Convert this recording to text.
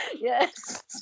Yes